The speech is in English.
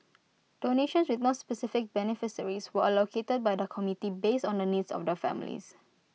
donations with no specific beneficiaries were allocated by the committee based on the needs of the families